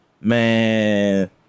Man